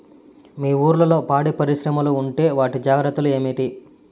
మీ ఊర్లలో పాడి పరిశ్రమలు ఉంటే వాటి జాగ్రత్తలు ఏమిటి